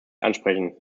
ansprechen